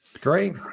great